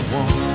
one